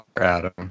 Adam